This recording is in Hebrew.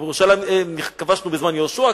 את ירושלים כבשנו בזמן יהושע,